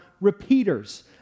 repeaters